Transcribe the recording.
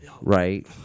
Right